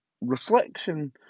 reflection